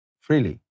freely